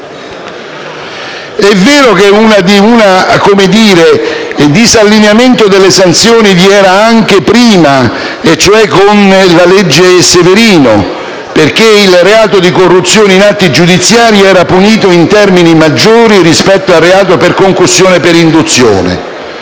È vero che un disallineamento delle sanzioni vi era anche prima, cioè con la legge Severino, perché il reato di corruzione in atti giudiziari era punito in termini maggiori rispetto al reato per concussione per induzione,